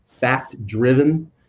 fact-driven